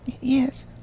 Yes